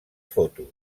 fotos